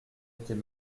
était